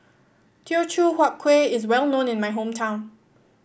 Teochew Huat Kueh is well known in my hometown